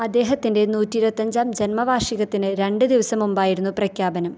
അദ്ദേഹത്തിൻ്റെ നൂറ്റി ഇരുപത്തഞ്ചാം ജന്മവാർഷികത്തിന് രണ്ട് ദിവസം മുമ്പായിരുന്നു പ്രഖ്യാപനം